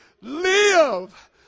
Live